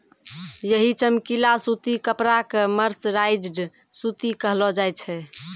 यही चमकीला सूती कपड़ा कॅ मर्सराइज्ड सूती कहलो जाय छै